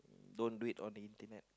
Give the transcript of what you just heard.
don't do it on the internet